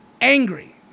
Angry